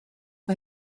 mae